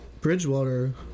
Bridgewater